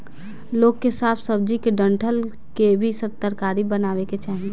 लोग के साग सब्जी के डंठल के भी तरकारी बनावे के चाही